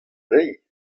dezhi